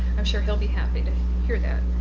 i'm sure he'll be happy to hear that.